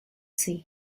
sea